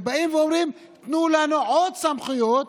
ובאים ואומרים: תנו לנו עוד סמכויות